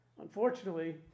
Unfortunately